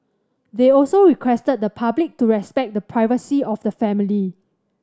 they also requested the public to respect the privacy of the family